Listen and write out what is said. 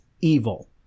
evil